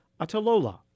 Atalola